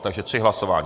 Takže tři hlasování.